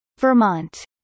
Vermont